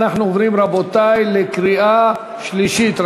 אנחנו עוברים, רבותי, לקריאה שלישית.